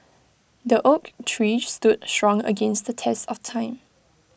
the oak tree stood strong against the test of time